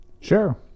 Sure